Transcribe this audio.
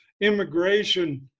immigration